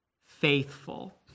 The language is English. faithful